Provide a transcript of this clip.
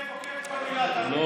עוקב אחרי כל מילה, תאמין לי.